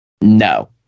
No